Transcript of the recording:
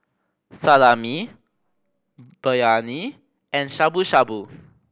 Salami Biryani and Shabu Shabu